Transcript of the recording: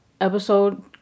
episode